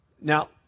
Now